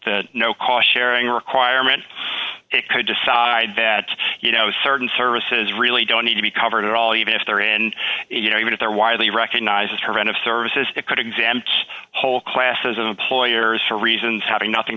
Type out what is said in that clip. the no cost sharing requirement it could decide that you know certain services really don't need to be covered at all even if they're in you know even if they're widely recognized as her end of services it could exempt whole classes of employers for reasons having nothing